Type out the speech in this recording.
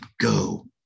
go